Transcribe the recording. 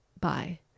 Bye